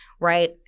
right